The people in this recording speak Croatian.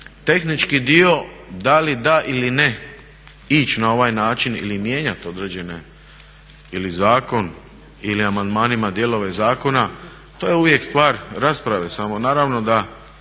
tehnički dio da li da ili ne ići na ovaj način ili mijenjati određene ili zakon ili amandmanima dijelove zakona, to je uvijek stvar rasprave. samo naravno da